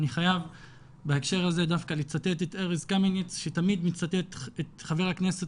אני חייב בהקשר הזה דווקא לצטט את ארז קמיניץ שתמיד מצטט את חבר הכנסת